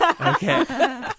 Okay